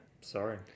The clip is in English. sorry